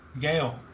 Gail